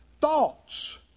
thoughts